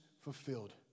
fulfilled